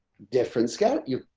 different scott, you,